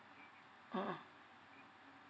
mmhmm